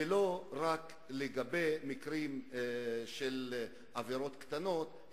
לא רק מקרים של עבירות קטנות,